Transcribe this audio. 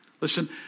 Listen